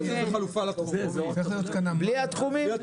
בלי התחומים?